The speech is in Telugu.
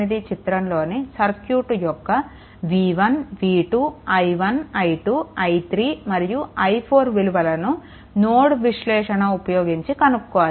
18 చిత్రంలోని సర్క్యూట్ యొక్క v1 v2 i1 i2 i3 మరియు i4 విలువలను నోడ్ విశ్లేషణ ఉపయోగించి కనుక్కోవాలి